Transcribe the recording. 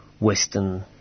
Western